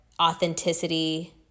authenticity